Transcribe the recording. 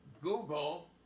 Google